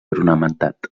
ornamentat